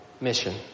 mission